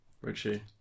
Richie